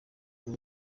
ubu